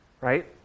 right